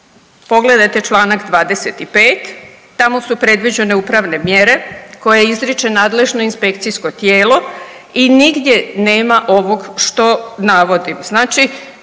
Pogledajte članak 25. tamo su predviđene upravne mjere koje izriče nadležno inspekcijsko tijelo i nigdje nema ovog što navodim.